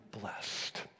blessed